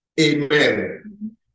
Amen